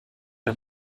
ein